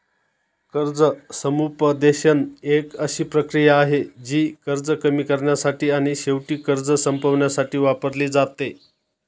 कर्ज समुपदेशन एक अशी प्रक्रिया आहे, जी कर्ज कमी करण्यासाठी आणि शेवटी कर्ज संपवण्यासाठी वापरली जाते